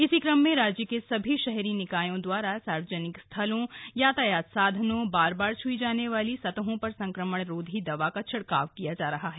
इसी क्रम में राज्य के सभी शहरी निकायों दवारा सार्वजनिक स्थलों यातायात साधनों बार बार छ्ई जाने वाली सतहों पर संक्रमण रोधी दवा का छिड़काव किया जा रहा है